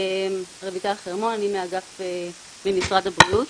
רויטל חרמון, אני ממשרד הבריאות,